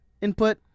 input